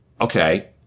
Okay